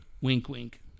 wink-wink